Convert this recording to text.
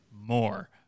more